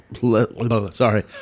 Sorry